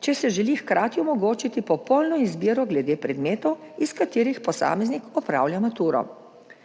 če se želi hkrati omogočiti popolno izbiro glede predmetov, iz katerih posameznik opravlja maturo.